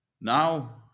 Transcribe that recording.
Now